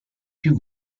più